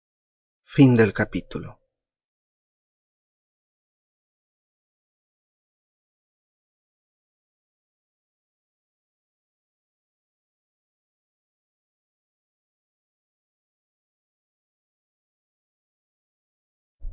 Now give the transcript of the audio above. fin del capítulo